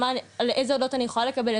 על איזה הודעות אני יכולה לקבל,